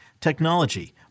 technology